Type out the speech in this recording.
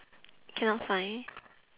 cannot find